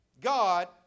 god